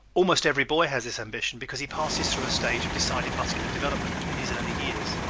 almost every boy has this ambition because he passes through a stage of decided muscular development in his early years.